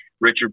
Richard